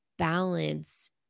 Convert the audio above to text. balance